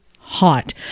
hot